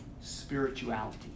spirituality